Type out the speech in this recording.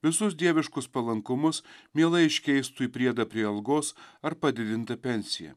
visus dieviškus palankumus mielai iškeistų į priedą prie algos ar padidintą pensiją